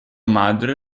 madre